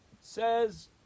Says